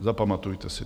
Zapamatujte si to.